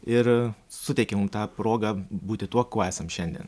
ir suteikė mum tą progą būti tuo kuo esam šiandien